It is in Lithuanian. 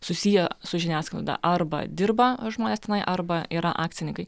susiję su žiniasklaida arba dirba žmonės tenai arba yra akcininkai